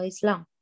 Islam